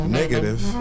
negative